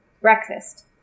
Breakfast